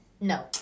No